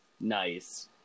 Nice